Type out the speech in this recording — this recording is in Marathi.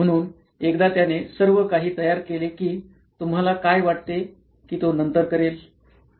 म्हणून एकदा त्याने सर्व काही तयार केले की तुम्हाला काय वाटते की तो नंतर करेल